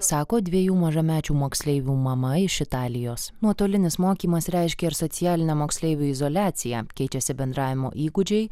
sako dviejų mažamečių moksleivių mama iš italijos nuotolinis mokymas reiškia ir socialinę moksleivių izoliaciją keičiasi bendravimo įgūdžiai